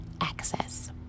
access